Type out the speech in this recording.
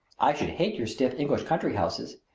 i should hate your stiff english country houses,